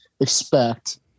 expect